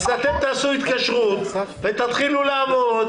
אז אתם תעשו התקשרות ותתחילו לעבוד